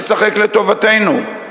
משחק לטובתנו.